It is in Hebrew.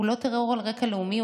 הוא לא טרור על רקע לאומי,